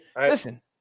listen